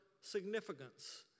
significance